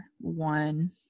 one